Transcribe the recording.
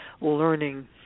learning